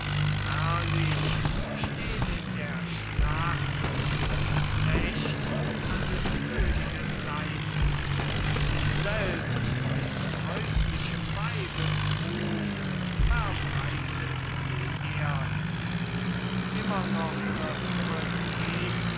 herrlich steht in der schlacht ein knecht an des königes seite selbst des häuslichen weibes ruhm verbreitet die erde immer noch wird